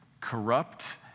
corrupt